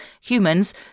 humans